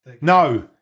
No